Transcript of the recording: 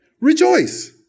Rejoice